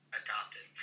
adopted